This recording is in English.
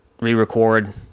re-record